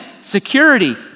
security